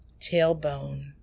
tailbone